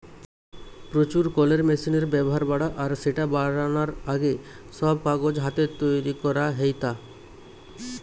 প্রচুর কলের মেশিনের ব্যাভার বাড়া আর স্যাটা বারানার আগে, সব কাগজ হাতে তৈরি করা হেইতা